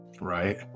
Right